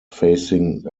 facing